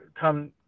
come